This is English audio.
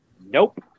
Nope